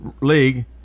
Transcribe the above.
league